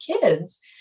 kids